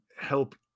help